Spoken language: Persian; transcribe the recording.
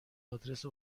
آدرس